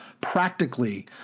practically